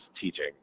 teaching